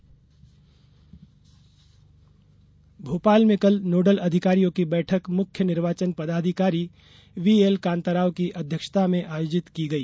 nodal अधिकारी बैठक भोपाल में कल नोडल अधिकारियों की बैठक मुख्य निर्वाचन पदाधिकारी वीएल कांताराव की अध्यक्षता में आयोजित की गई